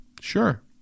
Sure